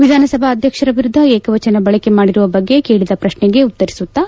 ವಿಧಾನಸಭಾಧ್ಯಕ್ಷರ ವಿರುದ್ದ ಏಕವಚನ ಬಳಕೆ ಮಾಡಿರುವ ಬಗ್ಗೆ ಕೇಳದ ಪ್ರಕ್ಷೆಗೆ ಉತ್ತರಿಸುತ್ತಾ